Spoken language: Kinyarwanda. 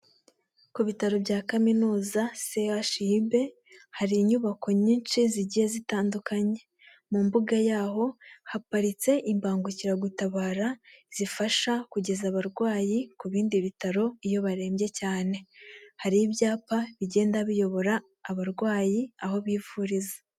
Ku bitaro bya kaminuza sehashibe hari inyubako nyinshi zigiye zitandukanye mu mbuga yaho haparitse imbangukira gutabara zifasha kugeza abarwayi ku bindi bitaro iyo barembye cyane hari ibyapa bigenda biyobora abarwayi aho bivuriza.